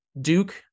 duke